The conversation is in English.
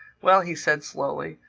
well, he said slowly,